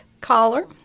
collar